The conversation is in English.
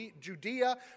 Judea